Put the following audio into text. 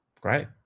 great